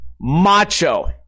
macho